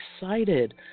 excited